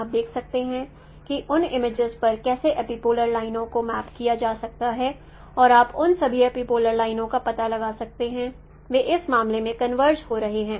आप देख सकते हैं कि उन इमेजेस पर कैसे एपिपोलर लाइनों को मैप किया जा सकता है और आप उन सभी एपिपोलर लाइनों का पता लगा सकते हैं वे इस मामले में कन्वर्ज हो रहे हैं